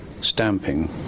stamping